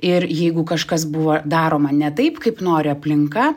ir jeigu kažkas buvo daroma ne taip kaip nori aplinka